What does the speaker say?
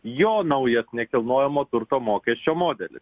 jo naujas nekilnojamo turto mokesčio modelis